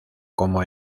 como